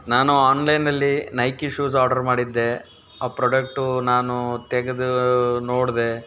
ನಾನು ಆನ್ಲೈನಲ್ಲಿ Nike shoes order ಮಾಡಿದ್ದೆ ಆ ಪ್ರಾಡಕ್ಟು ನಾನು ತೆಗೆದು ನೋಡಿದೆ